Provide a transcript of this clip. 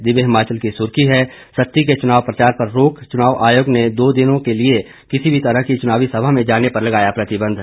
दिव्य हिमाचल की सुर्खी है सत्ती के चुनाव प्रचार पर रोक चुनाव आयोग ने दो दिन के लिए किसी भी तरह की चुनावी सभा में जाने पर लगाया प्रतिबंध